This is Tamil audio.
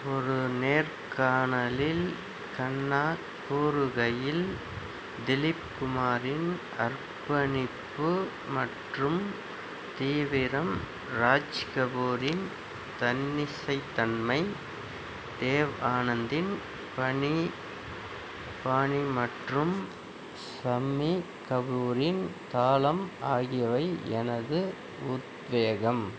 ஒரு நேர்காணலில் கண்ணா கூறுகையில் திலீப் குமாரின் அர்ப்பணிப்பு மற்றும் தீவிரம் ராஜ் கபூரின் தன்னிசைத்தன்மை தேவ் ஆனந்தின் பணி பாணி மற்றும் ஷம்மி கபூரின் தாளம் ஆகியவை எனது உத்வேகம்